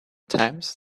times